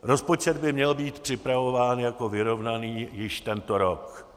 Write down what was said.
Rozpočet by měl být připravován jako vyrovnaný již tento rok.